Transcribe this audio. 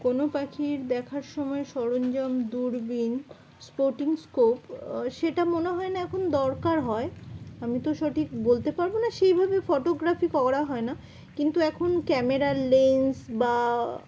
কোনো পাখির দেখার সময় সরঞ্জাম দূরবীন স্পোর্টিং স্কোপ সেটা মনে হয় না এখন দরকার হয় আমি তো সঠিক বলতে পারবো না সেইভাবে ফটোগ্রাফি করা হয় না কিন্তু এখন ক্যামেরার লেন্স বা